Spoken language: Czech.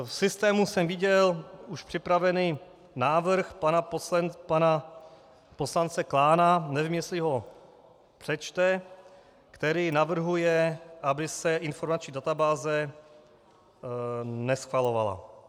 V systému jsem viděl už připravený návrh pana poslance Klána, nevím, jestli ho přečte, který navrhuje, aby se informační databáze neschvalovala.